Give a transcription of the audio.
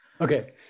Okay